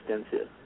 extensive